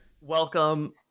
Welcome